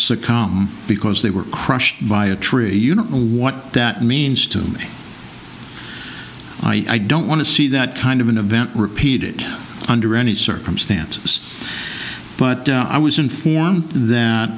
succumb because they were crushed by a tree you know what that means to me i don't want to see that kind of an event repeated under any circumstances but i was informed that